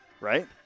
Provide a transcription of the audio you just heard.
right